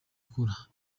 akura